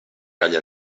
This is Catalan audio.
gall